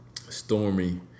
Stormy